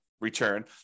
return